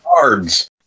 cards